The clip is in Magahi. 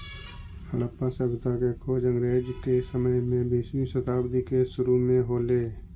हड़प्पा सभ्यता के खोज अंग्रेज के समय में बीसवीं शताब्दी के सुरु में हो ले